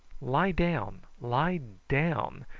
lie down! lie down!